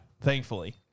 thankfully